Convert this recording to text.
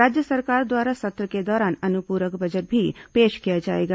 राज्य सरकार द्वारा सत्र के दौरान अनुपूरक बजट भी पेश किया जाएगा